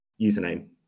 username